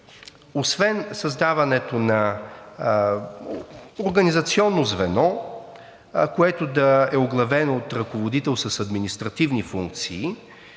Освен създаването на организационно звено, което да е оглавено от ръководител с административни функции,